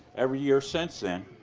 every year since then,